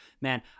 man